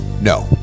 no